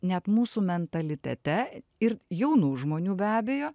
net mūsų mentalitete ir jaunų žmonių be abejo